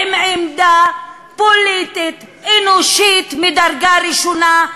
עם עמדה פוליטית אנושית ממדרגה ראשונה,